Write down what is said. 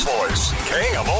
Voice